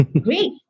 Great